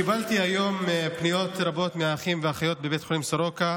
קיבלתי היום פניות רבות מאחים ואחיות בבית החולים סורוקה